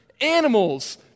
Animals